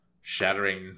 shattering